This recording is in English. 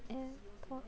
airport